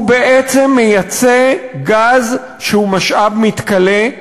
הוא בעצם מייצא גז, שהוא משאב מתכלה,